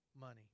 money